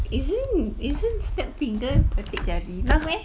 isn't isn't snap finger petik jari no meh